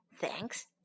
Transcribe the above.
Thanks